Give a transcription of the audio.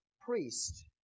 priest